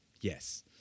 yes